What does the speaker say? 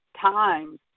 times